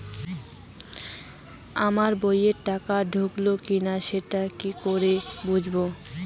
আমার বইয়ে টাকা ঢুকলো কি না সেটা কি করে বুঝবো?